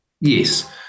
Yes